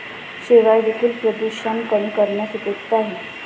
शेवाळं देखील प्रदूषण कमी करण्यास उपयुक्त आहे